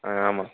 ஆ ஆமாம்